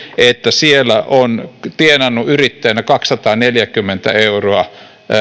että on tienannut yrittäjänä kaksisataaneljäkymmentä euroa